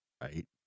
Right